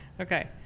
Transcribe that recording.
Okay